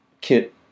Kit